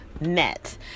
met